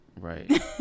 right